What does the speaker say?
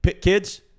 kids